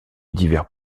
divers